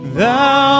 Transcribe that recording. thou